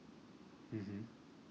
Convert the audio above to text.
mmhmm